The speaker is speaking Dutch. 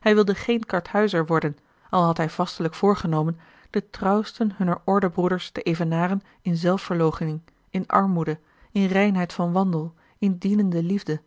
hij wilde geen karthuizer worden al had hij vastelijk voorgenomen den trouwsten hunner ordebroeders te evenaren in zelfverloochening in armoede in reinheid van wandel in dienende liefde